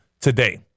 today